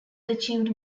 achieved